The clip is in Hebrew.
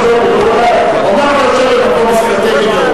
כפי שהוא לא יקרא לך מה שהוא רוצה לקרוא לך.